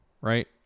right